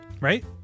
right